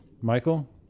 Michael